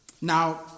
Now